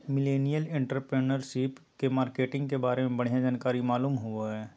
millennial entrepreneurship के marketing के बारे में बढ़िया जानकारी मालूम होबो हय